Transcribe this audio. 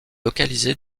localisé